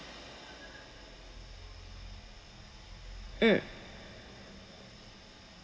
mm